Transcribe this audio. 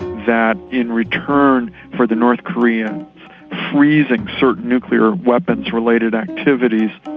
that in return for the north koreans freezing certain nuclear weapons related activities,